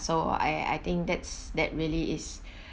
so I I think that's that really is